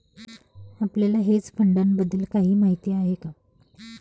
आपल्याला हेज फंडांबद्दल काही माहित आहे का?